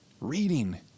reading